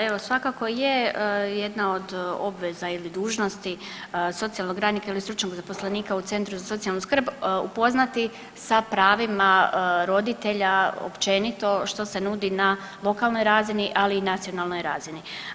Evo svakako je jedna od obveza ili dužnosti socijalnog radnika ili stručnog zaposlenika u Centru za socijalnu skrb upoznati sa pravima roditelja općenito što se nudi na lokalnoj razini ali i nacionalnoj razini.